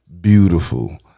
Beautiful